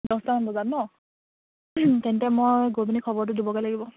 দহটামান বজাত ন তেন্তে মই গৈ পিনি খবৰটো দিবগৈ লাগিব